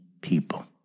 people